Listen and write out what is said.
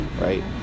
right